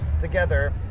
together